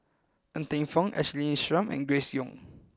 Ng Teng Fong Ashley Isham and Grace Young